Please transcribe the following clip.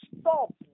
stop